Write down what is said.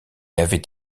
avait